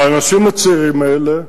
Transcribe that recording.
האנשים הצעירים האלה,